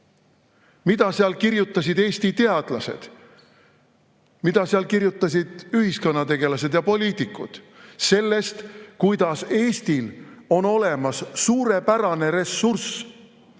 mida seal kirjutasid Eesti teadlased, mida seal kirjutasid ühiskonnategelased ja poliitikud sellest, et Eestil on olemas suurepärane ressurss,